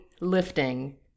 lifting